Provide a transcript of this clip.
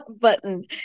button